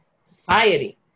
society